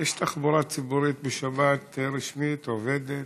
יש תחבורה ציבורית בשבת, רשמית, עובדת